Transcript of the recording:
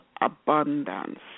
abundance